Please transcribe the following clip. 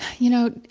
you know,